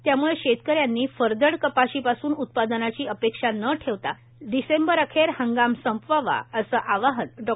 त्यामुळं शेतकऱ्यांनी फरदड कपाशीपासून उत्पादनाची अपेक्षा न ठेवता शेतकऱ्यांनी डिसेंबर अखेर हंगाम संपवा असं आवाहन डॉ